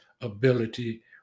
ability